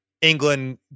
England